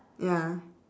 ya